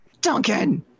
Duncan